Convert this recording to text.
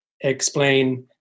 explain